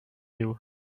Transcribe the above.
you